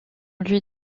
lui